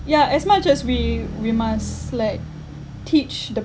ya as much as we we must like teach the